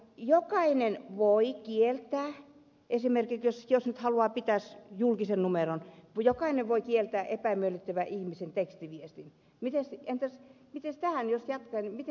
jokainen voi kieltää esimerkiksi jos haluaa pitää julkisen numeron epämiellyttävän ihmisen tekstiviestin mitä sitä pidetään jos ja mitä